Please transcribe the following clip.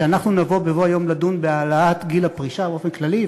כשאנחנו נבוא בבוא היום לדון בהעלאת גיל הפרישה באופן כללי,